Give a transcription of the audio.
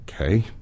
Okay